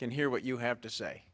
can hear what you have to say